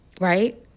right